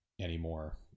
anymore